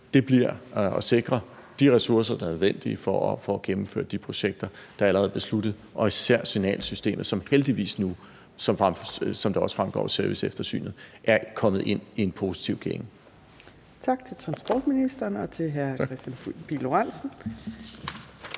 bliver at sikre de ressourcer, der er nødvendige for at gennemføre de projekter, der allerede er besluttet, og især signalsystemet, som nu heldigvis, som det også fremgår af serviceeftersynet, er kommet ind i en positiv gænge. Kl. 15:01 Fjerde næstformand (Trine Torp):